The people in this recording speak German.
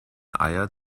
eier